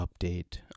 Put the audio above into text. update